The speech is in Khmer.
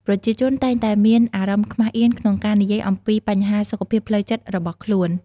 ប្រជាជនតែងតែមានអារម្មណ៍ខ្មាសអៀនក្នុងការនិយាយអំពីបញ្ហាសុខភាពផ្លូវចិត្តរបស់ខ្លួន។